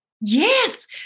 Yes